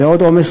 זה עוד עומס,